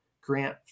grant